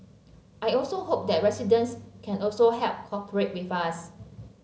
I also hope that residents can also help cooperate with us